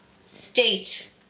state